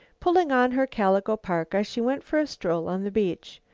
pulling on her calico parka, she went for a stroll on the beach.